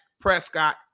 Prescott